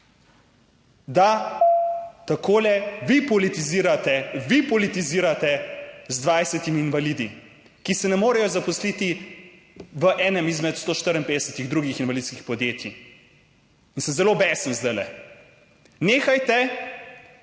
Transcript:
da takole vi politizirate, vi politizirate z 20 invalidi, ki se ne morejo zaposliti v enem izmed 154 drugih invalidskih podjetij! In sem zelo besen zdajle! Nehajte,